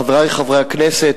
חברי חברי הכנסת,